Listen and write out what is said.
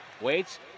waits